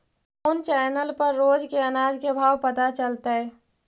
कोन चैनल पर रोज के अनाज के भाव पता चलतै?